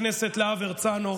חבר הכנסת להב הרצנו,